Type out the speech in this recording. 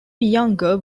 younger